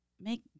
make